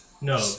No